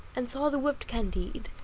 and saw the whipped candide,